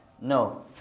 no